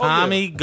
Tommy